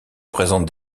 présentent